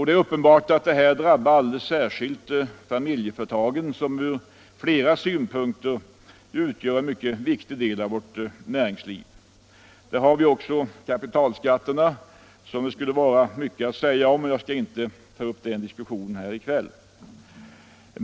Det är uppenbart att detta drabbar alldeles särskilt familjeföretagen, som ur flera synpunkter utgör en mycket viktig del av vårt näringsliv. Därtill kommer kapitalskatterna, som det skulle vara mycket att säga om, men jag skall inte ta upp den diskussionen här i kväll.